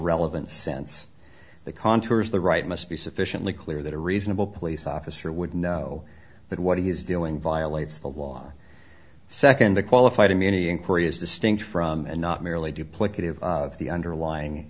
relevant sense the contours the right must be sufficiently clear that a reasonable police officer would know that what he's doing violates the law second the qualified immunity inquiry is distinct from and not merely duplicative the underlying